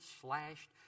slashed